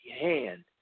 hand